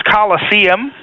Coliseum